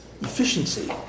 efficiency